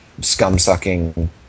scum-sucking